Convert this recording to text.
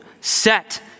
set